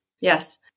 yes